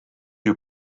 you